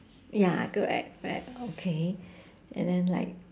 ya good right right okay and then like